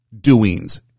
doings